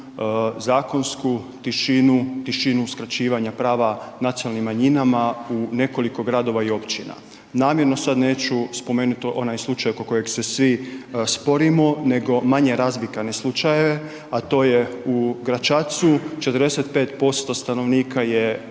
zakonsku tišinu, tišinu uskraćivanja prava nacionalnim manjinama u nekoliko gradova i općina. Namjerno sad neću spomenuti onaj slučaj oko kojeg se svi sporimo nego manje razvikane slučajeve, a to je u Gračacu, 45% stanovnika je